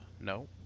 No